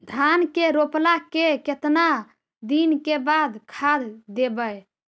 धान के रोपला के केतना दिन के बाद खाद देबै?